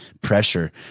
pressure